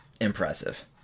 impressive